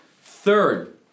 Third